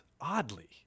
oddly